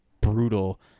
brutal